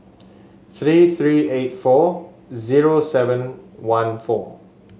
three three eight four zero seven one four